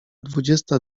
dwudziesta